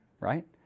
right